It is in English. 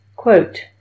Quote